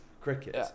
cricket